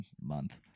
month